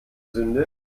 sünde